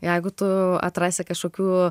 jeigu tu atrasi kažkokių